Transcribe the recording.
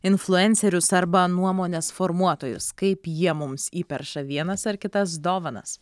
influencerius arba nuomonės formuotojus kaip jie mums įperša vienas ar kitas dovanas